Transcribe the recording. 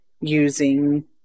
using